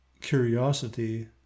curiosity